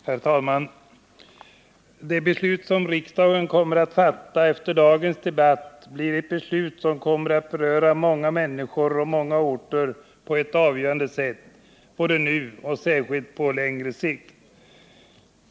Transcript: Herr talman! Det beslut som riksdagen kommer att fatta efter dagens debatt kommer att beröra många människor och många orter på ett avgörande sätt både nu och särskilt på längre sikt.